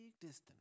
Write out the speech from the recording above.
distance